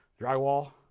drywall